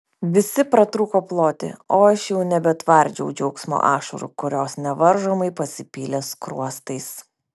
visi pratrūko ploti o aš jau nebetvardžiau džiaugsmo ašarų kurios nevaržomai pasipylė skruostais